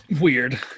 weird